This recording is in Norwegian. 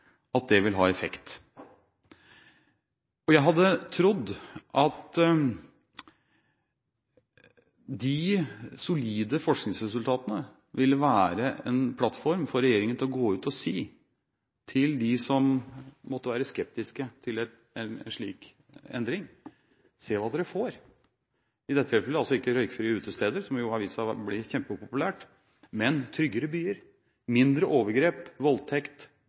at det vil ha effekt. Jeg hadde trodd at de solide forskningsresultatene ville være en plattform for regjeringen til å gå ut og si til dem som måtte være skeptiske til en slik endring: Se hva dere får! I dette tilfelle er det altså ikke røykfrie utesteder, som jo har vist seg å bli kjempepopulært, men tryggere byer med mindre overgrep